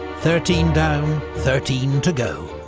thirteen down, thirteen to go.